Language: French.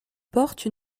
porte